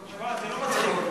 תשמע, זה לא מצחיק.